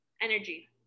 energy